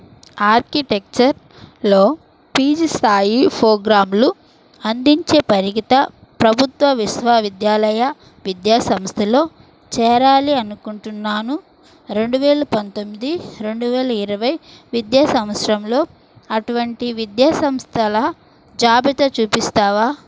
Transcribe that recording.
ఆర్కిటెక్చర్లో పీజీ స్థాయి ప్రోగ్రాంలు అందించే పరిగిత ప్రభుత్వ విశ్వవిద్యాలయ విద్యా సంస్థలో చేరాలి అనుకుంటున్నాను రెండు వేల పంతొమ్మిది రెండు వేల ఇరవై విద్యా సంవత్సరంలో అటువంటి విద్యా సంస్థల జాబితా చూపిస్తావా